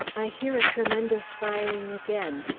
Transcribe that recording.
i hear a tremendous firing again,